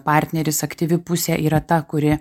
partneris aktyvi pusė yra ta kuri